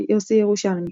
יוסי ירושלמי,